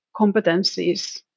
competencies